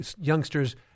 youngsters